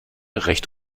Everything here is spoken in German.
recht